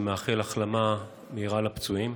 ומאחל החלמה מהירה לפצועים.